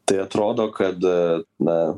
tai atrodo kad a na